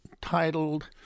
titled